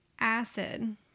acid